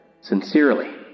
Sincerely